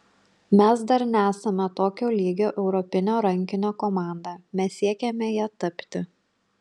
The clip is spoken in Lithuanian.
mes dar nesame tokio lygio europinio rankinio komanda mes siekiame ja tapti